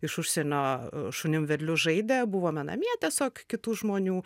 iš užsienio šunim vedliu žaidė buvome namie tiesiog kitų žmonių